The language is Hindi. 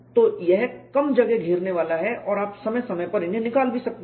तो यह कम जगह घेरने वाला है और आप समय समय पर इन्हें निकाल भी सकते हैं